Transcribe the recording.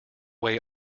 way